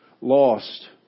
lost